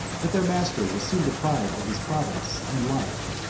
but their master was soon deprived of his province and life,